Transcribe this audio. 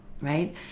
right